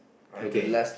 okay